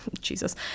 Jesus